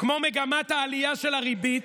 כמו מגמת העלייה של הריבית,